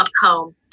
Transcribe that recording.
home